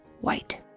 white